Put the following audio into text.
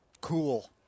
cool